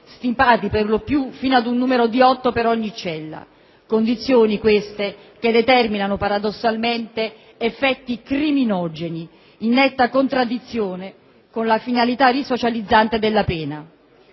stipati per lo più fino ad un numero di otto per ogni cella, condizioni, queste, che determinano paradossalmente effetti criminogeni, in netta contraddizione con la finalità risocializzante della pena.